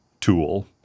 tool